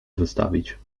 wystawić